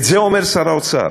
את זה אומר שר האוצר.